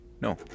No